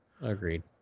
agreed